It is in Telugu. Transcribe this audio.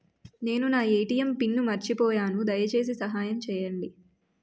నేను నా ఎ.టి.ఎం పిన్ను మర్చిపోయాను, దయచేసి సహాయం చేయండి